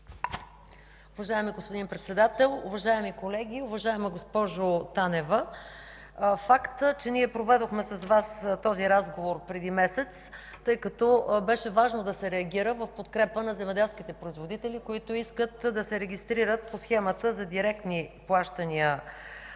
Уважаеми господин Председател, уважаеми колеги, уважаема госпожо Танева! Факт е, че проведохме с Вас този разговор преди месец, тъй като беше важно да се реагира в подкрепа на земеделските производители, които искат да се регистрират по Схемата за директни плащания